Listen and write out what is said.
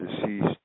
deceased